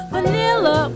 Vanilla